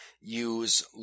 use